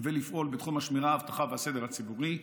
ולפעול בתחום השמירה, האבטחה והסדר הציבורי,